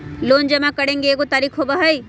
Loan जमा करेंगे एगो तारीक होबहई?